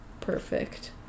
perfect